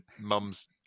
mum's